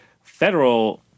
federal